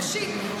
ראשית,